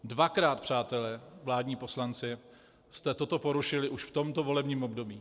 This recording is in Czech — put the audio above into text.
Dvakrát, přátelé, vládní poslanci, jste toto porušili už v tomto volebním období.